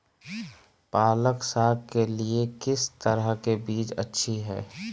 पालक साग के लिए किस तरह के बीज अच्छी है?